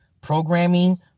programming